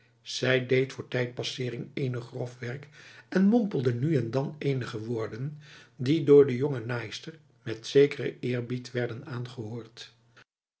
zij deed voor tijdpassering enig grof werk en mompelde nu en dan enige woorden die door de jonge naaister met zekere eerbied werden aangehoord